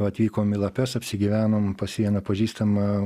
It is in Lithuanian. atvykom į lapes apsigyvenom pas vieną pažįstamą